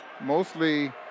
mostly